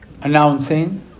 announcing